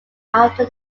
after